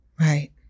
Right